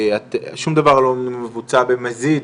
שום דבר לא מבוצע במזיד,